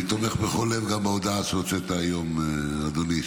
אני תומך בכל לב גם בהודעה שהוצאת היום, אדוני.